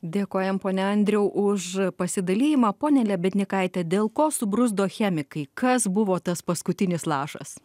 dėkojam pone andriau už pasidalijimą pone lebednykaite dėl ko subruzdo chemikai kas buvo tas paskutinis lašas